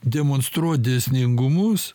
demonstruot dėsningumus